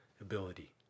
ability